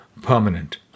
permanent